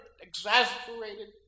exasperated